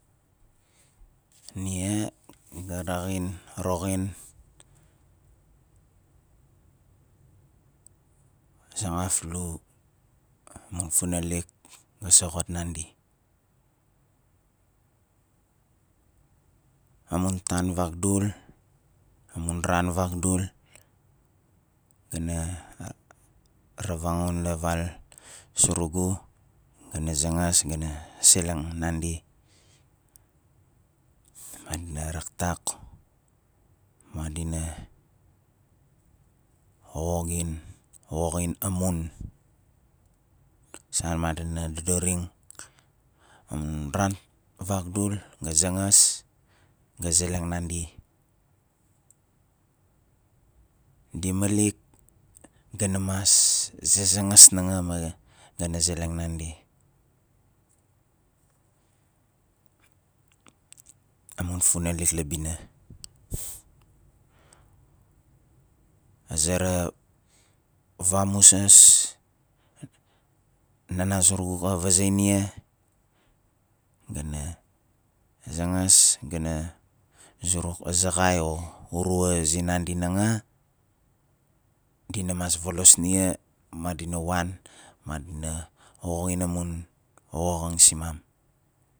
Nia ga roxin sangafiu amun funalik ga soxot nandi amun tan vagdul, amun ran vagdul ga na ravangon la val surugu ga na zangas ga na seleng nandi madina raktak madina woxin woxin amun san madina dodoring amun ran vagdul ga zangas ga zeleng nandi di malik ga na mas zazangas nanga ma ga na zeleng nandi amun funalik la bina a zera vamuzas nana zurugu xa vazei nia ga na zangas ga na zuruk a zaxai or urua zinandi nanga di na mas volos nia madina wan madina woxin amun woxan si mam